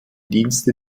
dienste